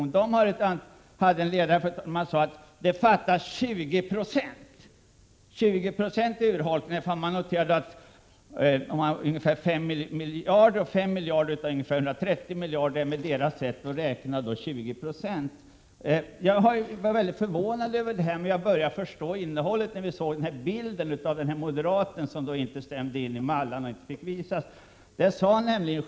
Denna tidning hade för en tid sedan en ledare, där det sades att det fattas 20 20 för försvaret. I absoluta tal nämns en urholkning på 5 miljarder av 130 miljarder för innevarande femårsperiod. Med Svenska Dagbladets sätt att räkna blir det 20 20. Jag blev mycket förvånad över detta, men jag började förstå men när jag hörde om bilden av den moderat som inte stämde med mallarna och som inte borde få visas.